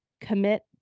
commit